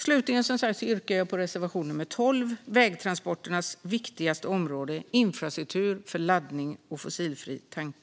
Slutligen yrkar jag bifall till reservation nummer 12 om vägtransporternas viktigaste område, nämligen infrastruktur för laddning och fossilfri tankning.